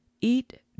eat